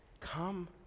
come